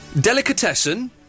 Delicatessen